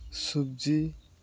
ᱥᱚᱵᱡᱤ